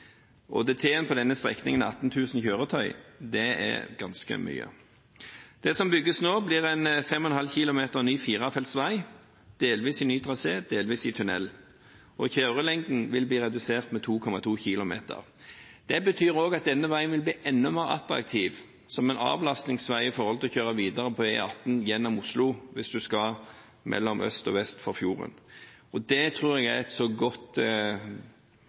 på denne strekningen er 18 000 kjøretøy. Det er ganske mye. Det som bygges nå, er en 5,5 km lang ny firefeltsvei, delvis i ny trasé, delvis i tunnel, og kjørelengden vil bli redusert med 2,2 km. Det betyr også at denne veien vil bli enda mer attraktiv som avlastingsvei med tanke på å kjøre videre på E18 gjennom Oslo hvis man skal mellom øst og vest for fjorden. Det tror jeg er en så